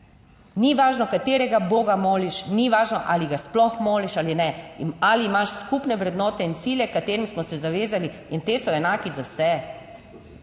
Ni važno, katerega boga moliš, ni važno, ali ga sploh moliš ali ne, ali imaš skupne vrednote in cilje, katerim smo se zavezali. In ti so enaki za vse,